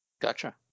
Gotcha